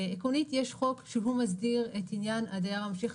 עקרונית יש חוק שהוא מסדיר את עניין הדייר הממשיך,